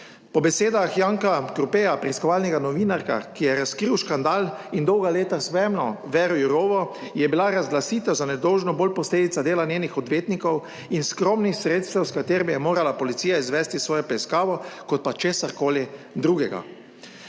Po besedah Janka Kropeja, preiskovalnega novinarja, ki je razkril škandal in dolga leta spremljal Věro Jourovo, je bila razglasitev za nedolžno bolj posledica dela njenih odvetnikov in skromnih sredstev, s katerimi je morala policija izvesti svojo preiskavo, kot pa česarkoli drugega.